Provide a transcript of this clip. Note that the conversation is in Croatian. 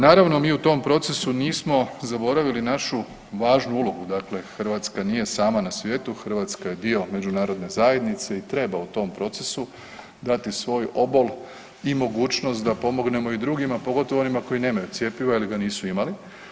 Naravno mi u tom procesu nismo zaboravili našu važnu ulogu, dakle Hrvatska nije sama na svijetu, Hrvatska je dio Međunarodne zajednice i treba u tom procesu dati svoj obol i mogućnost da pomognemo i drugima pogotovo onima koji nemaju cjepiva ili ga nisu imali.